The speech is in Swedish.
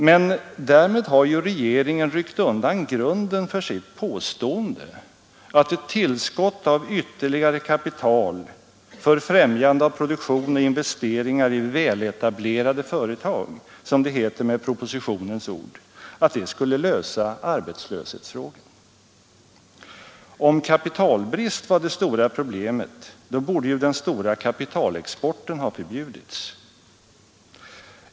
Men därmed har ju regeringen ryckt undan grunden för sitt påstående att ett tillskott av ytterligare kapital ”för främjande av produktion och investeringar i väletablerade företag”, som det heter med propositionens ord, skulle lösa arbetslöshetsfrågan. Om kapitalbrist var det stora problemet borde den stora kapitalexporten ha förbjudits.